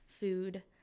food